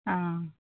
অঁ